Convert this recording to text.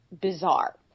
bizarre